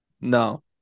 No